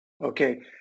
Okay